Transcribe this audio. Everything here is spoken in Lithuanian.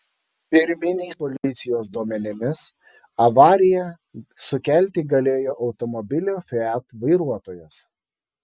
pirminiais policijos duomenimis avariją sukelti galėjo automobilio fiat vairuotojas